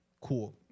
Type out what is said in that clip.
Cool